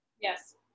yes